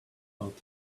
out